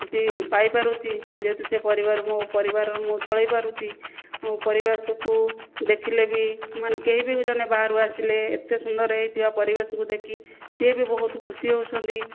କିଛି ପାଇପାରୁଛି ଯେହେତୁ ସେ ପରିବାରୁ ମୋ ପରିବାର ମୁଁ ଚଳେଇପାରୁଛି ମୋ' ପରିବେଶକୁ ଦେଖିଲେ ବି ମାନେ କେହି ବି ଜଣେ ବାହାରୁ ଆସିଲେ ଏତେ ସୁନ୍ଦର ହୋଇଥିବା ପରିବେଶକୁ ଦେଖି ସିଏ ବି ବହୁତ ଖୁସି ହେଉଛନ୍ତି